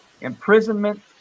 imprisonment